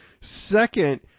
Second